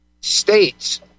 states